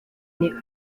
negro